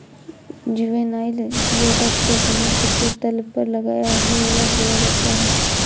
juvenile geoduck को समुद्र के तल पर लगाया है या बोया जाता है